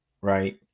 right